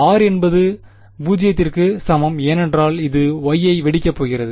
r என்பது 0 க்கு சமம் ஏனென்றால் அது Y ஐ வெடிக்கப் போகிறது